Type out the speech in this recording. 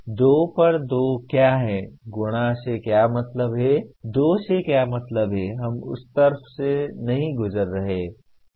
2 पर 2 क्या है गुणा से क्या मतलब है 2 से क्या मतलब है हम उस तर्क से नहीं गुजर रहे हैं